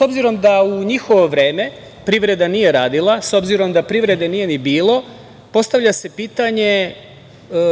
obzirom da u njihovo vreme privreda nije radila, s obzirom da privrede nije ni bilo, postavlja se pitanje